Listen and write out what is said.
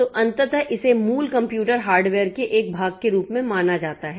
तो अंततः इसे मूल कंप्यूटर हार्डवेयर के एक भाग के रूप में माना जाता है